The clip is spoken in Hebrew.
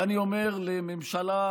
ואני אומר לממשלה,